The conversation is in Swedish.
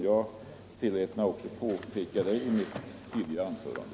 Jag tillät mig också påpeka det i mitt tidigare anförande.